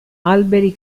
alberi